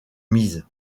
mise